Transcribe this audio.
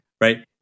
right